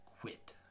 quit